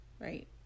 right